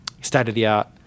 state-of-the-art